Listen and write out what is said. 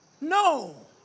No